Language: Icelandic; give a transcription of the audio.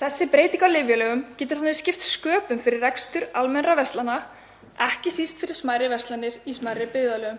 Þessi breyting á lyfjalögum getur því skipt sköpum fyrir rekstur almennra verslana, ekki síst fyrir smærri verslanir í smærri byggðarlögum.